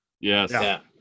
Yes